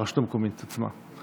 הרשות המקומית עצמה.